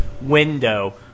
window